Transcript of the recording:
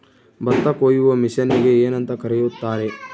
ಭತ್ತ ಕೊಯ್ಯುವ ಮಿಷನ್ನಿಗೆ ಏನಂತ ಕರೆಯುತ್ತಾರೆ?